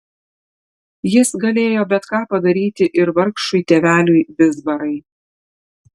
jis galėjo bet ką padaryti ir vargšui tėveliui vizbarai